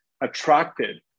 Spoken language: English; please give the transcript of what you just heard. attracted